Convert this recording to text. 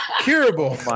curable